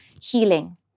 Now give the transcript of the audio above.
healing